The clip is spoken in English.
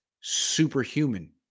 superhuman